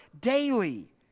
daily